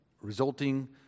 resulting